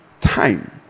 time